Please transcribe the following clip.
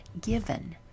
given